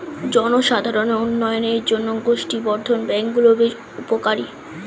জনসাধারণের উন্নয়নের জন্য গোষ্ঠী বর্ধন ব্যাঙ্ক গুলো বেশ উপকারী